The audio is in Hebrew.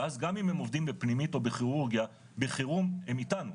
ואז גם אם הם עובדים בפנימית או בכירורגיה בחירום הם איתנו,